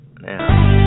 now